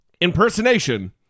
impersonation